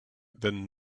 then